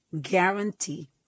guarantee